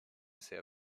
sehr